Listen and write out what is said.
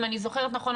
אם אני זוכרת נכון,